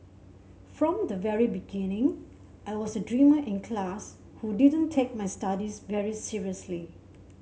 from the very beginning I was a dreamer in class who didn't take my studies very seriously